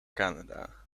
canada